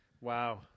Wow